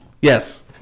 Yes